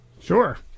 Sure